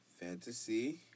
fantasy